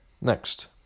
next